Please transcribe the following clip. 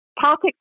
politics